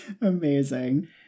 Amazing